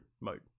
mode